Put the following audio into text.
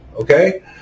Okay